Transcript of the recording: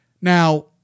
Now